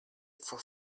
for